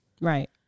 Right